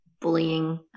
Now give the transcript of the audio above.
bullying